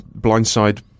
blindside